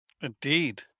Indeed